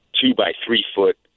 two-by-three-foot